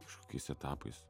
kažkokiais etapais